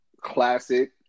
classic